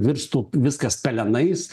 virstų viskas pelenais